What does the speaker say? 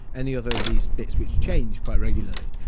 any other of these bits which change quite regularly.